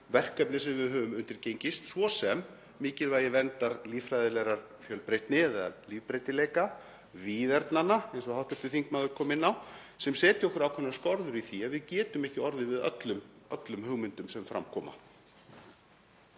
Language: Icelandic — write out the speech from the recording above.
verkefni sem við höfum undirgengist, svo sem mikilvægi verndar líffræðilegrar fjölbreytni eða lífbreytileika, víðernanna eins og hv. þingmaður kom inn á, sem setur okkur ákveðnar skorður í því að við getum ekki orðið við öllum hugmyndum sem fram koma.